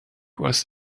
was